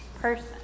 person